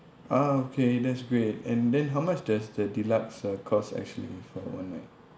ah okay that's great and then how much does the deluxe uh cost actually for one night